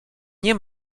nie